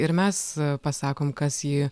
ir mes pasakom kas jį